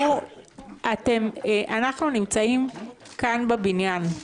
אנחנו נמצאים כאן בבניין,